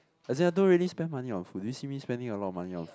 exact I don't really spend money on food do you see me spending a lot of money on food